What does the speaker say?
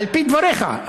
על-פי דבריך,